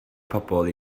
pobl